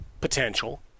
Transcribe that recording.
potential